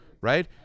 right